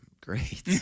great